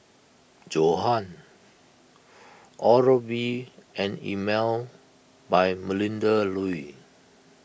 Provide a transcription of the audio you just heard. Johan Oral B and Emel by Melinda Looi